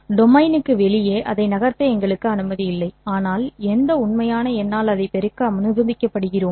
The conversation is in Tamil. டொமைனுக்கு வெளியே அதை நகர்த்த எங்களுக்கு அனுமதி இல்லை ஆனால் எந்த உண்மையான எண்ணால் அதைப் பெருக்க அனுமதிக்கப்படுகிறோம்